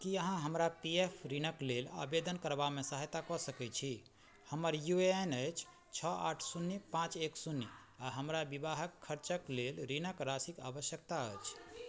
की अहाँ हमरा P F ऋणक लेल आवेदन करबामे सहायता कऽ सकय छी हमर यू ए एन अछि छओ आठ शून्य पाँच एक शून्य आओर हमरा विवाहक खर्चक लेल ऋणक राशिक आवश्यकता अछि